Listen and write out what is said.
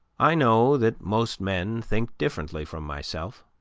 i know that most men think differently from myself